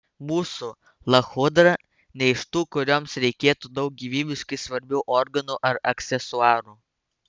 mūsų lachudra ne iš tų kurioms reikėtų daug gyvybiškai svarbių organų ar aksesuarų